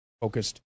focused